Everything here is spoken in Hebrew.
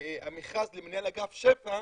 מכרז למנהל אגף שפ"ע,